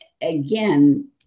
again